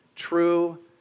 true